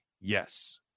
Yes